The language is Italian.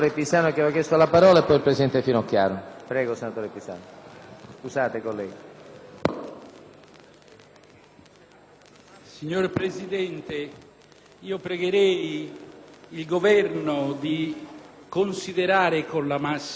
Signor Presidente, pregherei il Governo di considerare con la massima attenzione l'emendamento 33.0.102 (testo